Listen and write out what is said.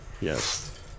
Yes